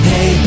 Hey